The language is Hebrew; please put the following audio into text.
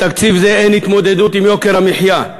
בתקציב זה אין התמודדות עם יוקר המחיה,